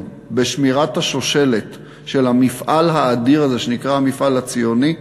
בשמירת השושלת של המפעל האדיר הזה שנקרא המפעל הציוני,